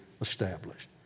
established